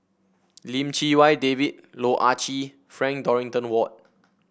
Lim Chee Wai David Loh Ah Chee Frank Dorrington Ward